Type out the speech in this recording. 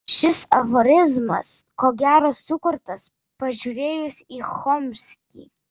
šis aforizmas ko gero sukurtas pažiūrėjus į chomskį